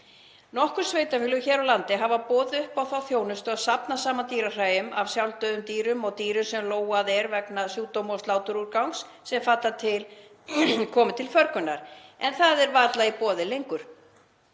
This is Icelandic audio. Nokkur sveitarfélög hér á landi hafa boðið upp á þá þjónustu að safna saman dýrahræjum af sjálfdauðum dýrum og dýrum sem lógað er vegna sjúkdóma og sláturúrgangs sem fellur til og koma til förgunar en það er varla í boði lengur.